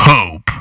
Hope